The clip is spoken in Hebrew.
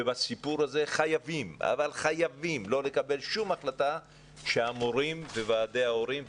בסיפור הזה חייבים חייבים לא לקבל כל החלטה שהמורים וועדי ההורים,